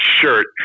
shirt